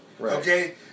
okay